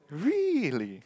really